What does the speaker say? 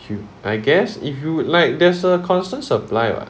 I guess if you like there's a constant supply right